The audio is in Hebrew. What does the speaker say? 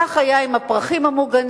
כך היה עם הפרחים המוגנים,